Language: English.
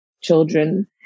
children